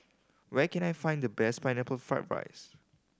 where can I find the best Pineapple Fried rice